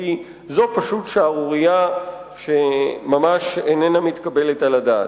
כי זאת פשוט שערורייה שממש איננה מתקבלת על הדעת.